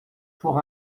pour